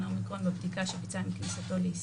האומיקרון בבדיקה שביצע בכניסתו לישראל.